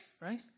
Right